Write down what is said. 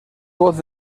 voz